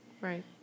Right